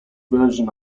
version